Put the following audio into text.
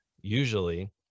usually